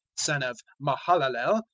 son of mahalalel,